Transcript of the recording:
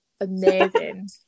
amazing